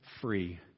free